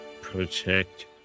protect